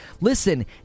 listen